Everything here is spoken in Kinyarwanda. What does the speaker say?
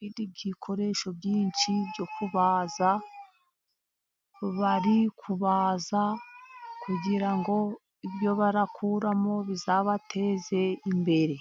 y’ibikoresho byinshi byo kubaza, bari kubaza kugira ngo ibyo bakuramo bizabateze imbere.